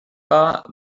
wahr